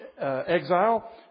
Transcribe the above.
exile